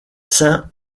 saint